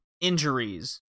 injuries